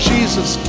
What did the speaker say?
Jesus